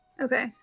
okay